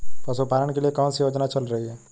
पशुपालन के लिए कौन सी योजना चल रही है?